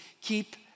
keep